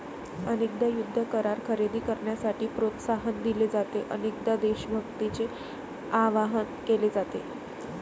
अनेकदा युद्ध करार खरेदी करण्यासाठी प्रोत्साहन दिले जाते, अनेकदा देशभक्तीचे आवाहन केले जाते